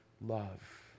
Love